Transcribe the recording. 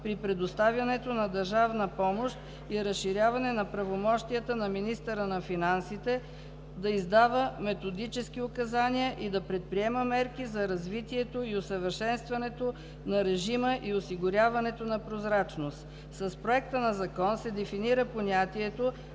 при предоставянето на държавна помощ и разширяването на правомощията на министъра на финансите – да издава методически указания и да предприема мерки за развитието и усъвършенстването на режима и осигуряването на прозрачност. Със на Законопроекта се дефинират понятията